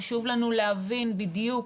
חשוב לנו להבין בדיוק